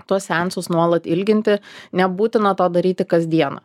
tuos seansus nuolat ilginti nebūtina to daryti kasdiena